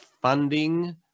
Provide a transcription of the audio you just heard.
funding